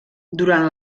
durant